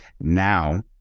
Now